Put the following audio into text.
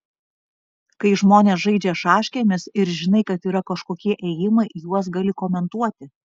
kai žmonės žaidžia šaškėmis ir žinai kad yra kažkokie ėjimai juos gali komentuoti